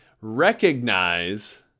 recognize